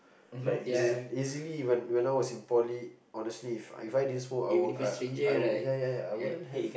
like easily easily when when I was in poly honestly if If I didn't smoke I would I I would ya ya ya I wouldn't have